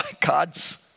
God's